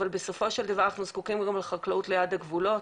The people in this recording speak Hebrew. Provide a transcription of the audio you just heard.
אבל בסופו של דבר אנחנו זקוקים גם לחקלאות ליד הגבולות,